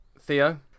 theo